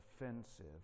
offensive